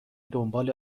دنبال